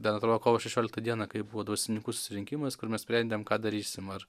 ten atrodo kovo šešioliktą dieną kai buvo dvasininkų susirinkimas kur mes sprendėm ką darysim ar